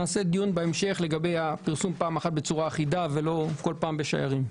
בהמשך נעשה דיון לגבי פרסום פעם אחת בצורה אחידה ולא כל פעם בשיירים.